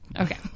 Okay